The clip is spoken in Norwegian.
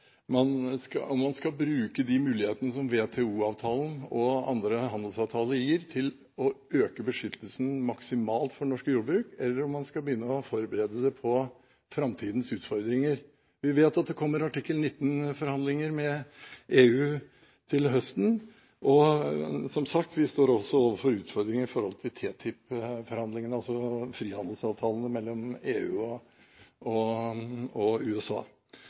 man skal bruke de mulighetene som WTO-avtalen og andre handelsavtaler gir til å øke beskyttelsen maksimalt for norsk jordbruk, eller om man skal begynne å forberede det på framtidas utfordringer. Vi vet at det kommer artikkel 19-forhandlinger med EU til høsten, og vi står som sagt også overfor utfordringer i forhold til TTIP-forhandlingene, altså frihandelsavtalene mellom EU og